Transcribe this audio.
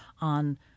on